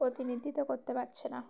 প্রতিনিধিত্ব করতে পারছে না